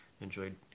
enjoyed